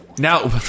Now